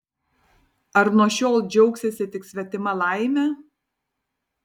ar nuo šiol džiaugsiesi tik svetima laime